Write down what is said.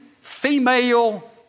female